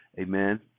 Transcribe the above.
Amen